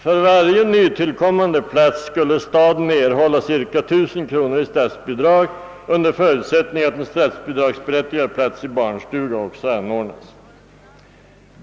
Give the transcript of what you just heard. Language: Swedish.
För varje nytillkommande plats skulle staden erhålla cirka 1000 kronor i statsbidrag under förutsättning att en statsberättigad plats i barnstuga också anordnades.